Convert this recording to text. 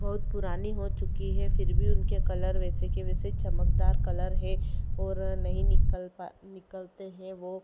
बहुत पुरानी हो चुकी है फिर भी उनके कलर वैसे के वैसे चमकदार कलर हैं और नहीं निकल निकलते हैं वो